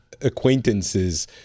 acquaintances